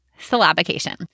syllabication